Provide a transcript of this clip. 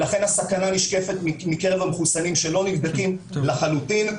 לכן הסכנה נשקפת מקרב המחוסנים שלא נבדקים לחלוטין.